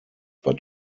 but